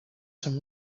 some